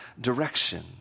direction